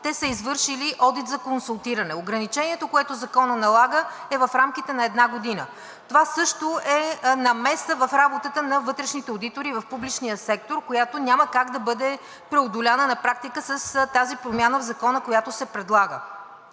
те са извършили одит за консултиране. Ограничението, което законът налага, е в рамките на една година. Това също е намеса в работата на вътрешните одитори в публичния сектор, която няма как да бъде преодоляна на практика с тази промяна в Закона, която се предлага.